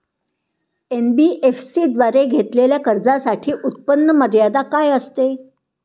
NBFC द्वारे घेतलेल्या कर्जासाठी उत्पन्न मर्यादा काय असते?